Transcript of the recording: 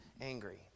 angry